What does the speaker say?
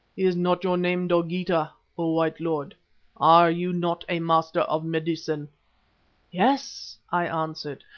is not your name dogeetah, o white lord are you not a master of medicine yes, i answered,